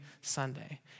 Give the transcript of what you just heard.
Sunday